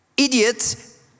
Idiot